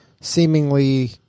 seemingly